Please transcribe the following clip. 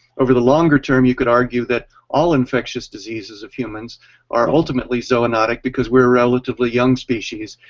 over the longer term you could argue that all infectious diseases of humans are ultimately zoonatic because we are a relatively young species.